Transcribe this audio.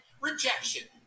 rejection